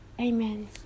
amen